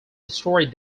destroyed